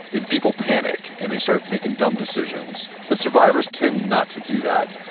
is people panic and they start making dumb decisions, but survivors tend not to do that,